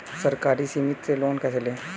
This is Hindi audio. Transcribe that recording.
सहकारी समिति से लोन कैसे लें?